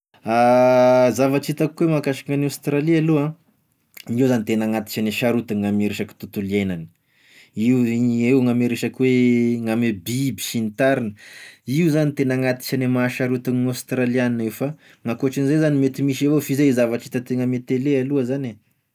Zavatra hitako hoe mahakasiky an'i Aostralia aloha an, ndreo zany tena agnatign'isagne sarotigny gn'ame resaky tontolo iaignana, io i- eo gn'ame resaky hoe gn'ame biby sy ny tariny, io zany tena agnatin'isagny mahasarotigny gn'Aostraliana io fa gn'ankoatragn'izay zany mety misy avao f'izay zavatra hitantena ame tele aloha zany e.